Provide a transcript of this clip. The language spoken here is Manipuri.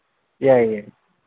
ꯌꯥꯏ ꯌꯥꯏ